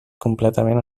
completament